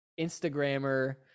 Instagrammer